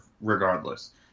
regardless